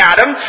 Adam